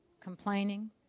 complaining